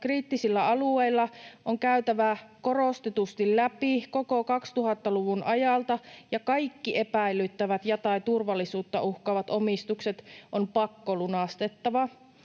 kriittisillä alueilla on käytävä korostetusti läpi koko 2000-luvun ajalta, ja kaikki epäilyttävät ja/tai turvallisuutta uhkaavat omistukset on pakkolunastettava.